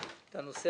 הנושא